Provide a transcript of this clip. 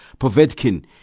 Povetkin